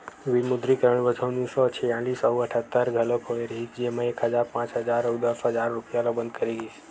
विमुद्रीकरन बछर उन्नीस सौ छियालिस अउ अठत्तर घलोक होय रिहिस जेमा एक हजार, पांच हजार अउ दस हजार रूपिया ल बंद करे गिस